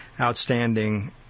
outstanding